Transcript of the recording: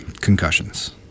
concussions